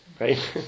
right